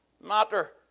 matter